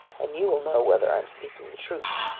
and you will know whether i am speaking the truth.